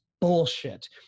bullshit